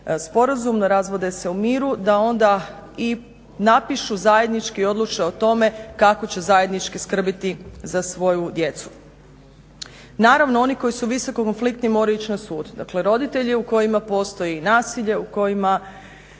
sporazumno, razvode se u miru, da onda i napišu zajednički, odluče o tome kako će zajednički skrbiti za svoju djecu. Naravno oni koji su visoko ofliktni moraju ići na sud. Dakle, roditelji u kojima postoji nasilje, u kojima